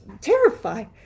terrified